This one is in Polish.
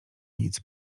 nic